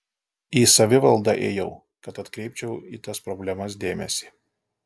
į savivaldą ėjau kad atkreipčiau į tas problemas dėmesį